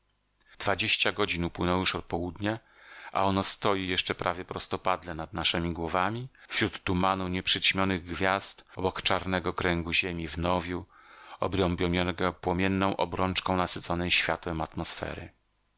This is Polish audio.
dwadzieścia godzin upłynęło już od południa a ono stoi jeszcze prawie prostopadle nad naszemi głowami wśród tumanu nie przyćmionych gwiazd obok czarnego kręgu ziemi w nowiu obrąbionego płomienną obrączką nasyconej światłem atmosfery